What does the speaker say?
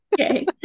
Okay